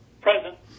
Present